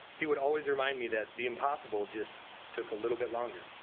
he would always remind me that the impossible just took a little bit longer.